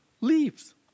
leaves